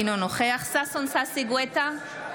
אינו נוכח ששון ששי גואטה,